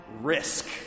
risk